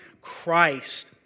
Christ